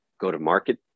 go-to-market